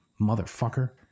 motherfucker